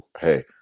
hey